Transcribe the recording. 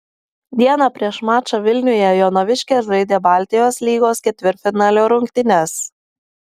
dieną prieš mačą vilniuje jonaviškės žaidė baltijos lygos ketvirtfinalio rungtynes